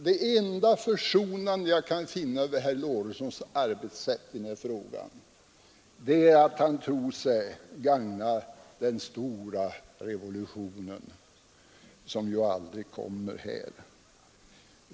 Det enda försonande drag jag kan finna över herr Lorentzons arbetssätt i den här frågan är att han tror sig gagna den stora revolutionen — som ju aldrig kommer hit.